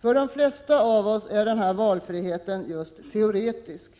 För de flesta av oss är denna valfrihet just teoretisk.